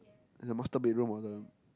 and the master bed room was a